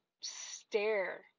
stare